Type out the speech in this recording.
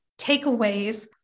takeaways